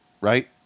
right